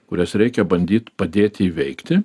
kurias reikia bandyt padėti įveikti